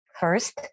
first